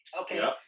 Okay